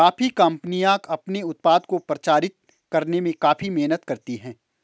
coffee कंपनियां अपने उत्पाद को प्रचारित करने में काफी मेहनत करती हैं